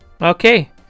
okay